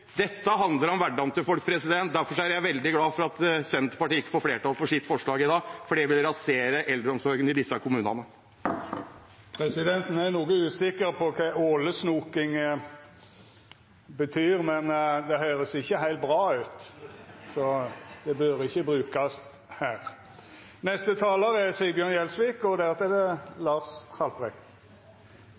Dette handler om hverdagen til folk, derfor er jeg veldig glad for at Senterpartiet ikke får flertall for sitt forslag i dag, for det ville rasere eldreomsorgen i disse kommunene. Presidenten er noko usikker på kva «ålesnoking» betyr, men det høyrest ikkje heilt bra ut, så det bør ikkje brukast her.